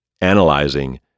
analyzing